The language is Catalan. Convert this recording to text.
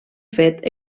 fet